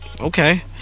Okay